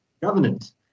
governance